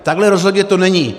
Takhle rozhodně to není.